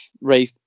Ray